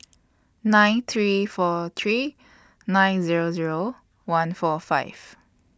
nine three four three nine Zero Zero one four five